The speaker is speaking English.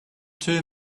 two